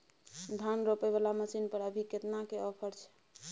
धान रोपय वाला मसीन पर अभी केतना के ऑफर छै?